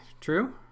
true